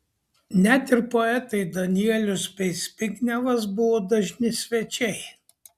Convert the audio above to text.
net ir poetai danielius bei zbignevas buvo dažni svečiai